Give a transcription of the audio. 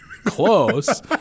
Close